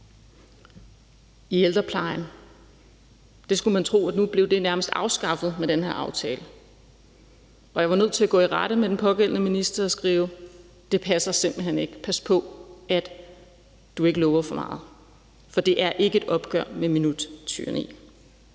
i ældreplejen. Man skulle tro, at det nu nærmest blev afskaffet med den her aftale, og jeg var nødt til at gå i rette med den pågældende minister og skrive, at det simpelt hen ikke passer, og at pas på, du ikke lover for meget. For det er ikke et opgør med minuttyranni.